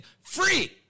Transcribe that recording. free